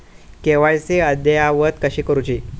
KYC अद्ययावत कशी करुची?